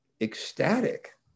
ecstatic